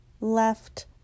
left